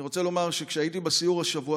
אני רוצה לומר שכשהייתי בסיור השבוע,